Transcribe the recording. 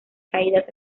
caídas